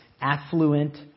affluent